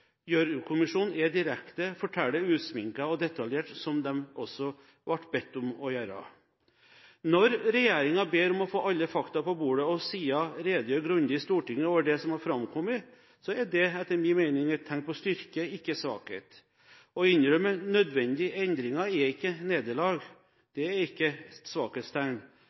er direkte og forteller usminket og detaljert, som den også ble bedt om å gjøre. Når regjeringen ber om å få alle fakta på bordet, og siden redegjør grundig i Stortinget for det som har framkommet, er det etter min mening et tegn på styrke, ikke svakhet. Å innrømme nødvendige endringer er ikke et nederlag. Det er ikke et svakhetstegn.